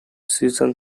season